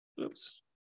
Oops